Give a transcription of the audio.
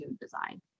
design